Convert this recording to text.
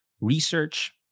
research